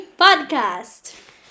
Podcast